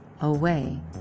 away